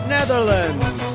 Netherlands